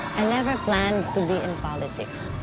i never planned to be in politics.